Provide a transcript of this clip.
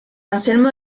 anselmo